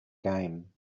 game